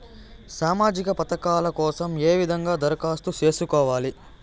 సామాజిక పథకాల కోసం ఏ విధంగా దరఖాస్తు సేసుకోవాలి